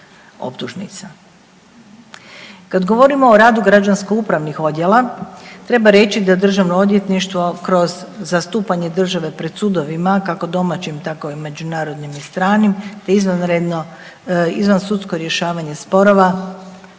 Kad govorimo o radu građansko-upravnih odjela, treba reći da DORH kroz zastupanje države pred sudovima, kako domaćim, tako i međunarodnim ili stranim, te izvanredno izvansudsko rješavanje sporova